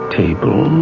table